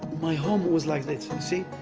my home was like that, you see.